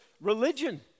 religion